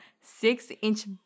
six-inch